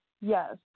Yes